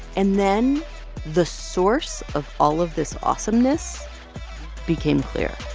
and then the source of all of this awesomeness became clear